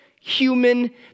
human